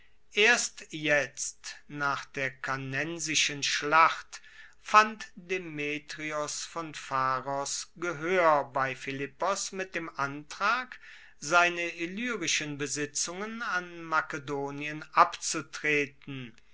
erst jetzt nach der cannensischen schlacht fand demetrios von pharos gehoer bei philippos mit dem antrag seine illyrischen besitzungen an makedonien abzutreten